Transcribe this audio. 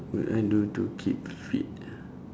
will I do to keep fit